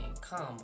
come